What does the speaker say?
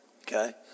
Okay